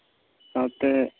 ᱥᱟᱶᱛᱮ